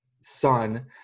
son